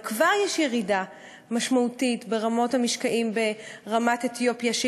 אבל כבר יש ירידה משמעותית בכמויות המשקעים ברמת אתיופיה,